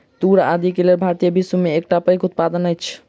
तूर आदि के लेल भारत विश्व में एकटा पैघ उत्पादक अछि